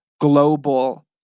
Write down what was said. global